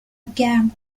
گرم